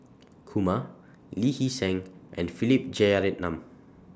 Kumar Lee Hee Seng and Philip Jeyaretnam